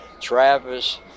Travis